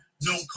no